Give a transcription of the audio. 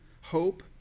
hope